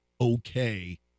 okay